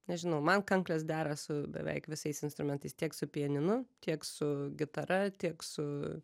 nežinau man kanklės dera su beveik visais instrumentais tiek su pianinu tiek su gitara tiek su